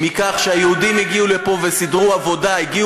אז אני